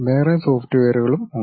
വേറെ സോഫ്റ്റ്വേയറുകളും ഉണ്ട്